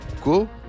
cool